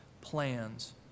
plans